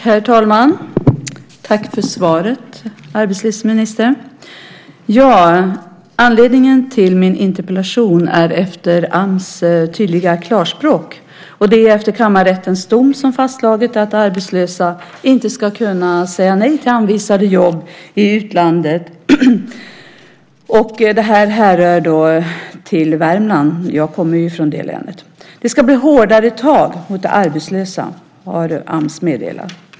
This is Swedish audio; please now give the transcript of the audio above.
Herr talman! Tack för svaret, arbetslivsministern! Anledningen till min interpellation är Ams tydliga klarspråk efter kammarrättens dom som fastslagit att arbetslösa inte ska kunna säga nej till anvisade jobb i utlandet. Det här härrör från Värmland. Jag kommer ju från det länet. Det ska bli hårdare tag mot de arbetslösa, har Ams meddelat.